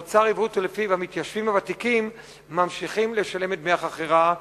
נוצר עיוות שלפיו המתיישבים הוותיקים ממשיכים לשלם את דמי החכירה,